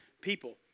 people